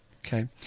Okay